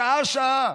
שעה-שעה,